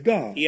God